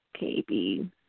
KB